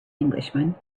englishman